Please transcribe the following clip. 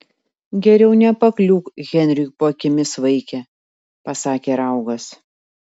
geriau nepakliūk henriui po akimis vaike pasakė raugas